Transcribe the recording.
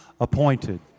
Appointed